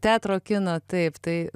teatro kino taip tai